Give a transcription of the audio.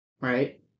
right